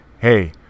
Hey